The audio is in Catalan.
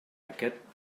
aquest